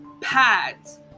pads